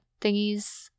thingies